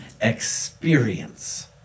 experience